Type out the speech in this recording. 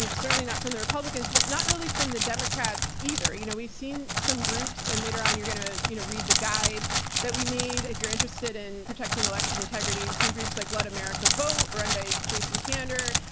you know certainly not from the republicans but not really from the democrats either. you know, we've seen some groups and later on you're going to you know read the guide that we made. if you're interested in protecting election integrity, we've seen groups like let america vote run by jason kander.